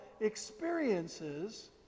experiences